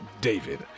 David